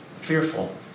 fearful